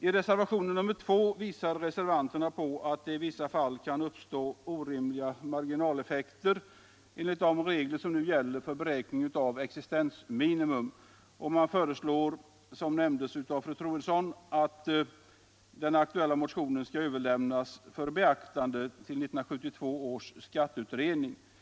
I reservationen 2 påvisar reservanterna att det i vissa fall kan uppstå orimliga marginaleffekter vid tillämpning av de regler som nu gäller för beräkning av existensminimum, och man föreslår, såsom nämndes av fru Troedsson, att den aktuella motionen skall överlämnas till 1972 års skatteutredning för beaktande.